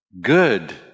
good